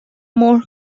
مهر